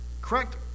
Correct